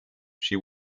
she